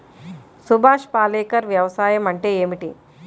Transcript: సుభాష్ పాలేకర్ వ్యవసాయం అంటే ఏమిటీ?